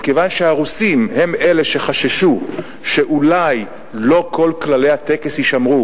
מכיוון שהרוסים הם אלה שחששו שאולי לא כל כללי הטקס יישמרו